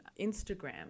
Instagram